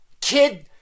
Kid